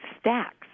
stacks